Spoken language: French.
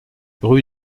rue